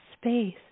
space